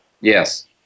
Yes